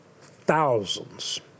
thousands